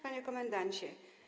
Panie Komendancie!